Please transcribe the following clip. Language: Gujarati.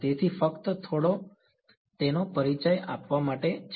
તેથી આ ફક્ત તેનો થોડો પરિચય આપવા માટે છે